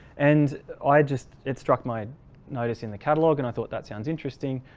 and i just it struck my notice in the catalogue and i thought that sounds interesting,